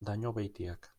dañobeitiak